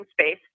space